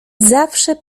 zawsze